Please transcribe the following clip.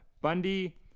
bundy